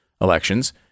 elections